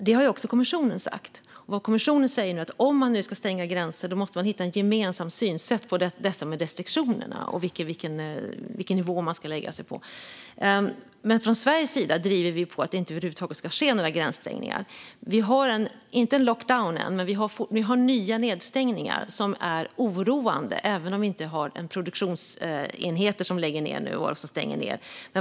Detta har också kommissionen sagt. Kommissionen säger att man om man nu ska stänga gränser måste hitta ett gemensamt synsätt när det gäller restriktioner och vilken nivå man ska lägga sig på. Från Sveriges sida driver vi på för att det över huvud taget inte ska ske några gränsstängningar. Vi har inte en lockdown ännu. Vi har dock nya nedstängningar som är oroande, även om vi inte har produktionsenheter som stänger ned.